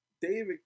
David